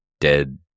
dead